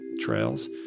trails